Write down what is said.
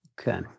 Okay